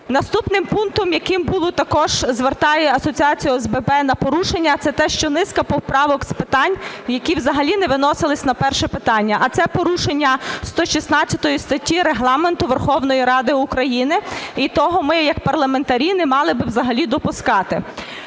Наступним пунктом, яким було, також звертає асоціація ОСББ на порушення, це те, що низка поправок з питань, які взагалі не виносилися на перше питання, а це порушення 116 статті Регламенту Верховної Ради України. І того ми як парламентарі не мали би взагалі допускати.